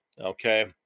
Okay